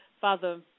Father